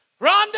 Rhonda